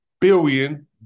billion